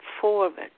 forward